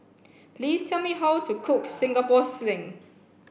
please tell me how to cook Singapore Sling